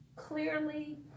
clearly